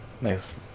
Nice